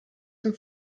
dem